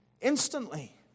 Instantly